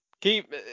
keep